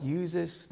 uses